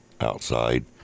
outside